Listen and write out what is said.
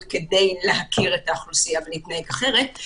כדי להכיר את האוכלוסייה ולהתנהג אחרת.